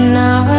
now